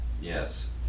Yes